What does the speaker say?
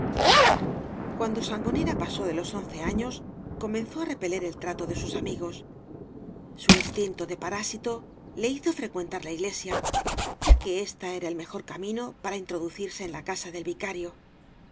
guando sangonera pasó de los once aflos comenzó á repeler el trato de sus amigos su instinto de parásito le hizo frecuentar la iglesia ya que ésta era el mejor camino para introducirse en la casa del vicario